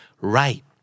Right